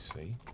see